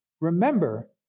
Remember